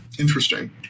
Interesting